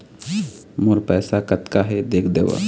मोर पैसा कतका हे देख देव?